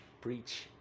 preach